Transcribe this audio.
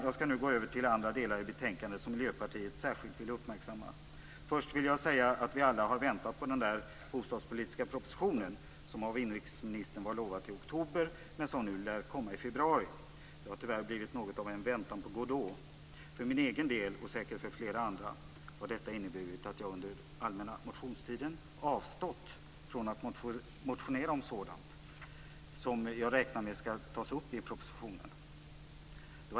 Jag skall nu gå över till andra delar i betänkandet som Miljöpartiet särskilt vill uppmärksamma. Först vill jag säga att vi alla väntar på den bostadspolitiska proposition som av inrikesministern var lovad till oktober men som lär komma i februari. Det har, tyvärr, blivit något av "en väntan på Godot". För min egen del, och det är säkert så för flera andra, har detta inneburit att jag under den allmänna motionstiden avstod från att motionera om sådant som jag räknar med tas upp i propositionen.